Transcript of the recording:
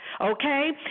Okay